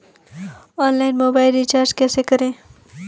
Online mobile recharge कैसे करें?